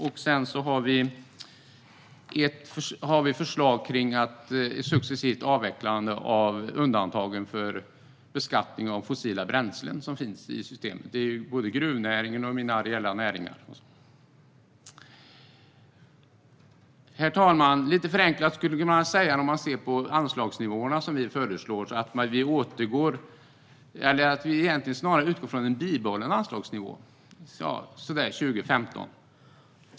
Vi har dessutom ett förslag om ett successivt avvecklande av de undantag från beskattning av fossila bränslen som finns i systemet. Det gäller både gruvnäringen och areella näringar. Herr talman! När man tittar på de anslagsnivåer vi föreslår skulle man lite förenklat kunna säga att vi utgår från en bibehållen anslagsnivå från så där 2015.